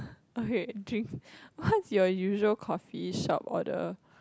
okay drink what's your usual coffeeshop order